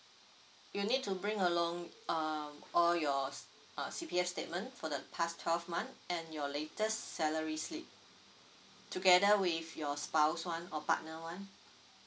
you need to bring along uh all yours uh C_P_F statement for the past twelve month and your latest salary slip together with your spouse one or partner one